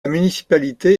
municipalité